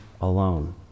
alone